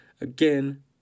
Again